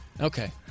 Okay